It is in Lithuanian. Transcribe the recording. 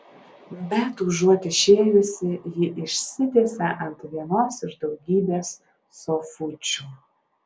bet užuot išėjusi ji išsitiesė ant vienos iš daugybės sofučių